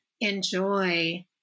enjoy